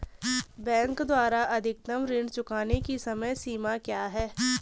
Bank द्वारा अधिकतम ऋण चुकाने की समय सीमा क्या है?